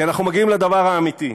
כי אנחנו מגיעים לדבר האמיתי.